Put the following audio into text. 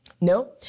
No